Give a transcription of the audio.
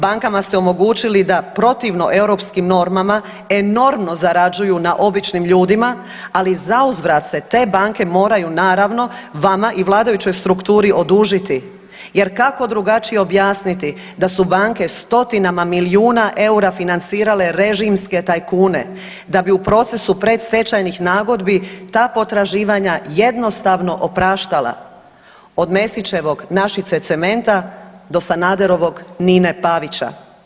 Bankama ste omogućili da protivno europskim normama enormno zarađuju na običnim ljudima, ali za uzvrat se te banke moraju naravno vama i vladajućoj strukturi odužiti, jer kako drugačije objasniti da su banke stotinama milijuna eura financirale režimske tajkune da bi u procesu predstečajnih nagodbi ta potraživanja jednostavno opraštala od Mesićevog Našice cementa do Sanaderovog Nine Pavića.